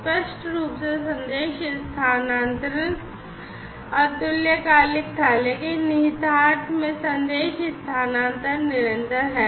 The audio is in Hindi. स्पष्ट रूप से संदेश स्थानांतरण अतुल्यकालिक था लेकिन निहितार्थ में संदेश स्थानांतरण निरंतर है